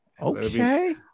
okay